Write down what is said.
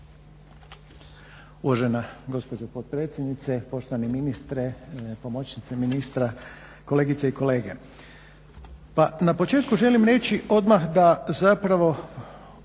Uvažena gospođo potpredsjednice, poštovani ministre, pomoćnice ministra, kolegice i kolege. Pa na početku želim reći odmah da zapravo